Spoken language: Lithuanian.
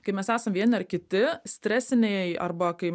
kai mes esam vieni ar kiti stresinėj arba kai